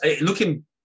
looking